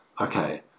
Okay